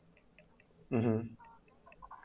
mmhmm